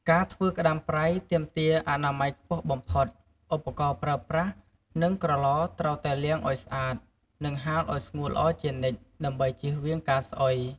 ការធ្វើក្ដាមប្រៃទាមទារអនាម័យខ្ពស់បំផុត ឧបករណ៍ប្រើប្រាស់ និងក្រឡត្រូវតែលាងឲ្យស្អាត និងហាលឲ្យស្ងួតល្អជានិច្ច ដើម្បីជៀសវាងការស្អុយ។